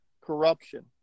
corruption